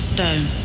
Stone